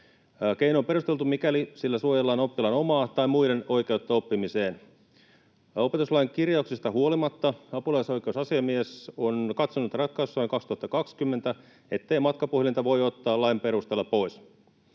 Keino on perusteltu, mikäli sillä suojellaan oppilaan omaa tai muiden oikeutta oppimiseen. Opetuslain kirjauksista huolimatta apulaisoikeusasiamies on katsonut ratkaisussaan 2020, ettei matkapuhelinta voi ottaa lain perusteella pois.